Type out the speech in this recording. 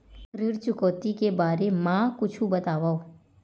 ऋण चुकौती के बारे मा कुछु बतावव?